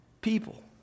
people